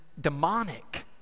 Demonic